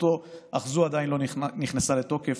התפטרותו אך זו עדיין לא נכנסה לתוקף.